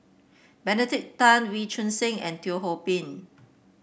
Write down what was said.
Benedict Tan Wee Choon Seng and Teo Ho Pin